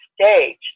stage